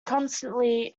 constantly